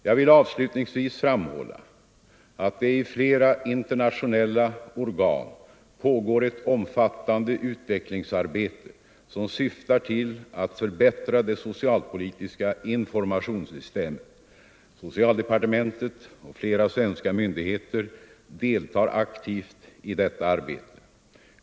Jag vill avslutningsvis framhålla att det i flera internationella organ pågår ett omfattande utvecklingsarbete som syftar till att förbättra det socialpolitiska informationssystemet. Socialdepartementet och flera svenska myndigheter deltar aktivt i detta arbete.